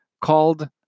called